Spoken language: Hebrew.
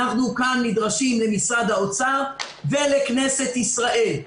אנחנו כאן נדרשים למשרד האוצר ולכנסת ישראל.